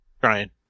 Brian